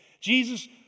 Jesus